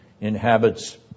inhabits